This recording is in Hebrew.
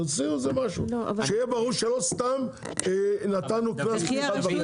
תמצאו איזה משהו שיהיה ברור שלא סתם נתנו קנס פי אחד וחצי.